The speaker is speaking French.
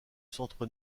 centre